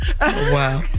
Wow